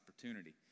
opportunity